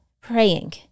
praying